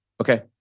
Okay